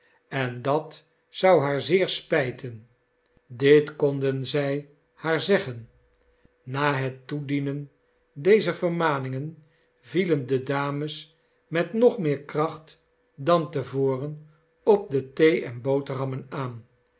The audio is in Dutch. en dat zou haar zeer spijten dit konden zij haar zeggen na het toedienen dezer vermaningen vielen de dames met nog meer kracht dan te voren op de thee en boterhammen aan